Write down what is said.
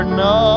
no